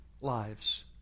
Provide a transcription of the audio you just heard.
lives